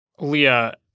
Leah